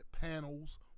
panels